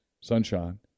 Sunshine